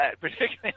particularly